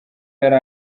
yari